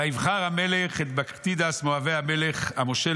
ויבחר המלך את בקחידס מאוהבי המלך המושל